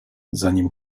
zanim